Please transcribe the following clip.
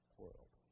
world